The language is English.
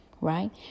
right